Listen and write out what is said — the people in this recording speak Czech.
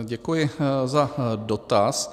Děkuji za dotaz.